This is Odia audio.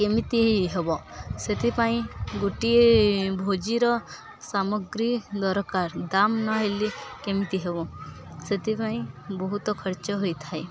କେମିତି ହେବ ସେଥିପାଇଁ ଗୋଟିଏ ଭୋଜିର ସାମଗ୍ରୀ ଦରକାର ଦାମ ନ ହେଲେ କେମିତି ହେବ ସେଥିପାଇଁ ବହୁତ ଖର୍ଚ୍ଚ ହୋଇଥାଏ